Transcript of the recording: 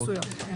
ישיבות חסויות.